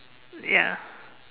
ya